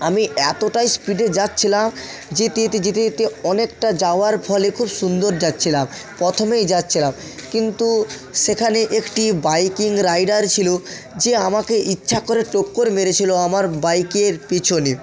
আমি এতটাই স্পিডে যাচ্ছিলাম যেতে যেতে যেতে যেতে অনেকটা যাওয়ার ফলে খুব সুন্দর যাচ্ছিলাম প্রথমেই যাচ্ছিলাম কিন্তু সেখানে একটি বাইকিং রাইডার ছিল যে আমাকে ইচ্ছা করে ঠোক্কর মেরেছিল আমার বাইকের পেছনে